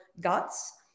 guts